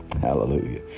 Hallelujah